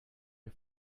you